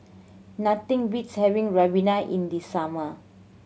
nothing beats having ribena in the summer